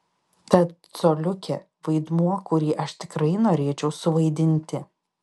tad coliukė vaidmuo kurį aš tikrai norėčiau suvaidinti